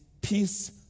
peace